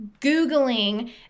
Googling